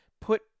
put